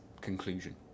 conclusion